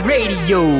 Radio